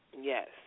Yes